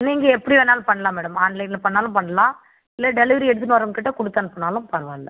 நீங்கள் எப்படி வேணுணாலும் பண்ணலாம் மேடம் ஆன்லைனில் பண்ணிணாலும் பண்ணலாம் இல்லை டெலிவரி எடுத்துகிட்டு வரவங்ககிட்ட கொடுத்து அனுப்பினாலும் பரவாயில்ல